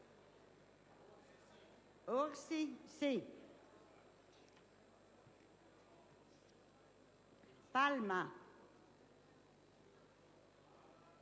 Palma,